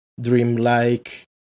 dreamlike